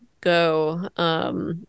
go